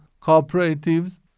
cooperatives